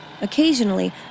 Occasionally